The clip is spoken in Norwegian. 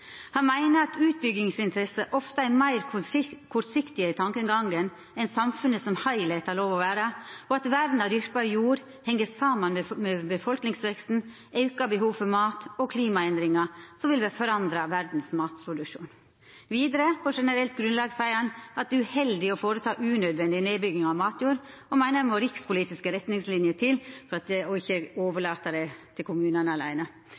Han meiner at «utbyggingsinteresser ofte er mer kortsiktige i tankegangen enn samfunnet som helhet har lov å være, og at vern av dyrkbar jord henger sammen med befolkningsveksten, økt behov for mat og klimaendringer som vil forandre verdens matproduksjon». Vidare meiner han at det på generelt grunnlag «er uheldig å foreta unødvendig nedbygging av matjord og mener det må rikspolitiske retningslinjer til fordi dette ikke kan overlates til kommunene».